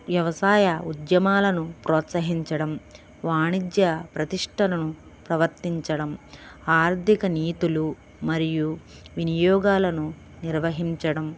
వ్యవసాయ ఉద్యమాలను ప్రోత్సహించడం వాణిజ్య ప్రతిష్టను ప్రవర్తించడం ఆర్థిక నీతులు మరియు వినియోగాలను నిర్వహించడం